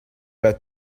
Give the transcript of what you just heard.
pas